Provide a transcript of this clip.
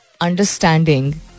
understanding